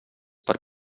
per